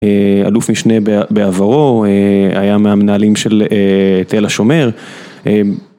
אלוף משנה בעברו, היה מהמנהלים של תל השומר.